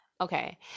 Okay